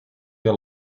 your